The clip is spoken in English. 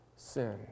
Sin